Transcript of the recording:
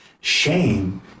Shame